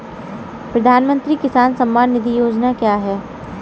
प्रधानमंत्री किसान सम्मान निधि योजना क्या है?